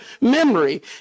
memory